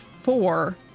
four